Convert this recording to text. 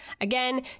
Again